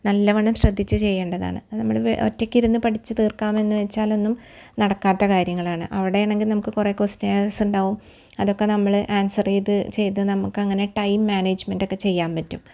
നല്ലവണ്ണം ശ്രദ്ധിച്ച് ചെയ്യേണ്ടതാണ് അത് നമ്മൾ വെ ഒറ്റയ്ക്കിരുന്ന് പഠിച്ച് തീര്ക്കാമെന്ന് വെച്ചാലൊന്നും നടക്കാത്ത കാര്യങ്ങളാണ് അവിടെയാണെങ്കിൽ നമുക്ക് കുറെ ക്വൊസ്റ്റ്യനാന്സുണ്ടാവും അതൊക്കെ നമ്മൾ ആന്സർ ചെയ്ത് ചെയ്ത് നമുക്കങ്ങനെ ടൈം മാനേജ്മന്റക്കെ ചെയ്യാമ്പറ്റും